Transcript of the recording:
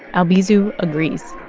albizu agrees.